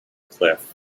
cliff